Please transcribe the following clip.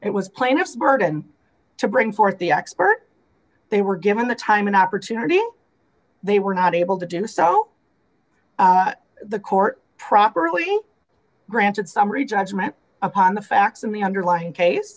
it was plaintiff's burden to bring forth the expert they were given the time an opportunity they were not able to do so the court properly granted summary judgment upon the facts of the underlying